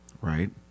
Right